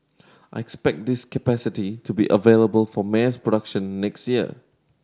I expect this capacity to be available for mass production next year